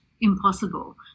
impossible